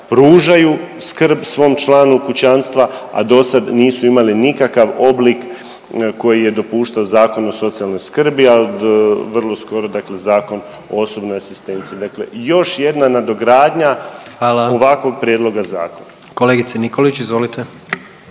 pružaju skrb svom članu kućanstva, a dosad nisu imali nikakav oblik koji je dopuštao Zakon o socijalnoj skrbi, a vrlo skoro dakle Zakon o osobnoj asistenciji. Dakle, još jedna nadogradnja …/Upadica: Hvala./… ovakvog prijedloga zakona. **Jandroković, Gordan